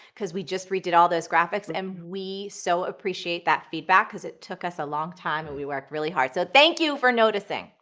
because we just redid all those graphics, and we so appreciate that feedback because it took us a long time and we worked really hard. so, thank you for noticing.